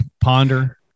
ponder